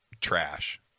trash